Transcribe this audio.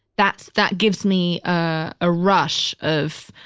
that's, that gives me a ah rush of,